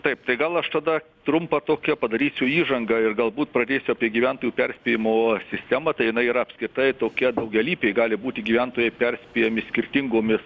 taip tai gal aš tada trumpą tokią padarysiu įžangą ir galbūt pradėsiu apie gyventojų perspėjimo sistemą tai jinai yra apskritai tokia daugialypė gali būti gyventojai perspėjami skirtingomis